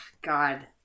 God